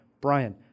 Brian